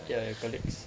ya your colleagues